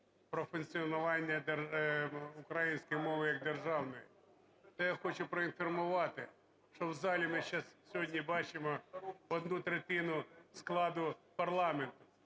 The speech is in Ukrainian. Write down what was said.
про функціонування української мови як державної. То я хочу проінформувати, що в залі ми сьогодні бачимо одну третину складу парламенту.